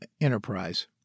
enterprise